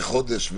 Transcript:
ועוד חודש,